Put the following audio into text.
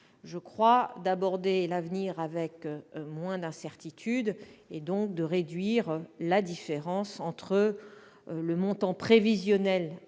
permettra d'aborder l'avenir avec moins d'incertitudes, et de réduire la différence entre le montant prévisionnel